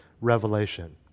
Revelation